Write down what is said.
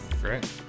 Great